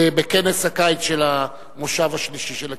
בכנס הקיץ של המושב השלישי של הכנסת.